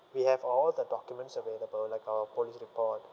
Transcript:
we have all the documents available like our police report